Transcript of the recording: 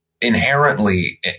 inherently